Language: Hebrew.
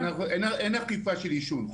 אין אכיפת עישון.